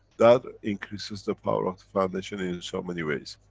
that increases the power of the foundation, in so many ways.